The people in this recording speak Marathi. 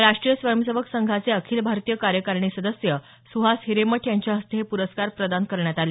राष्टीय स्वयंसेवक संघाचे अखिल भारतीय कार्यकारिणी सदस्य सुहास हिरेमठ यांच्या हस्ते हे पुरस्कार प्रदान करण्यात आले